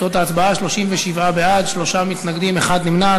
תוצאות ההצבעה: 37 בעד, שלושה מתנגדים, אחד נמנע.